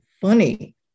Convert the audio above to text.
funny